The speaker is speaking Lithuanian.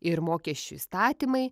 ir mokesčių įstatymai